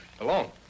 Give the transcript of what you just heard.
Alone